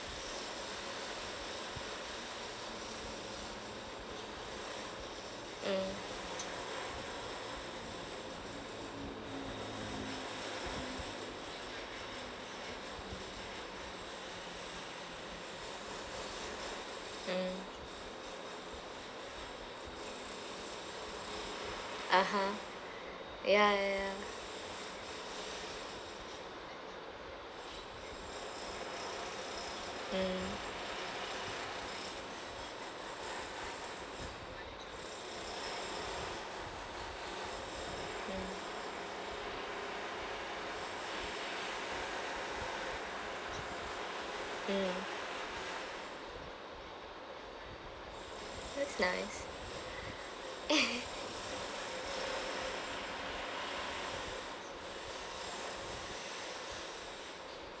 mm mm (uh huh) ya ya ya mm mm that's nice